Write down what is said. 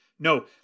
No